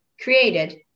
created